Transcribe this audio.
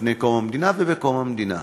לפני קום המדינה ובקום המדינה.